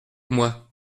moi